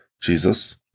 Jesus